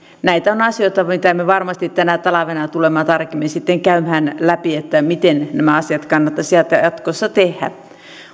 nämä ovat asioita mitä me varmasti tänä talvena tulemme sitten tarkemmin käymään läpi miten nämä asiat kannattaisi jatkossa tehdä